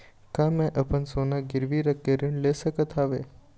का मैं अपन सोना गिरवी रख के ऋण ले सकत हावे?